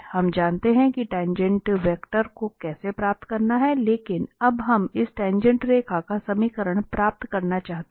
हम जानते हैं कि टाँगेँट वेक्टर को कैसे प्राप्त करना है लेकिन अब हम इस टाँगेँट रेखा का समीकरण प्राप्त करना चाहते हैं